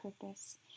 purpose